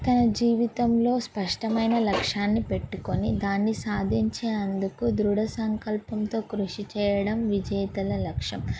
తన జీవితంలో స్పష్టమైన లక్ష్యాన్ని పెట్టుకొని దాన్ని సాధించే అందుకు దృఢ సంకల్పంతో కృషి చేయడం విజేతల లక్ష్యం